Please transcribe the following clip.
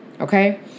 Okay